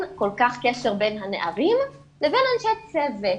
כל כך קשר בין הנערים לבין אנשי הצוות,